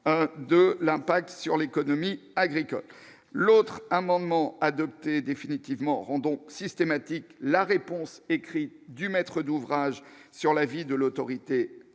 de l'impact sur l'économie agricole, l'autre amendement adopté définitivement rendons systématique la réponse écrits du maître d'ouvrage sur la vie de l'autorité